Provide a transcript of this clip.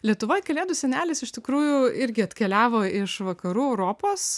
lietuvoj kalėdų senelis iš tikrųjų irgi atkeliavo iš vakarų europos